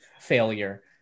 failure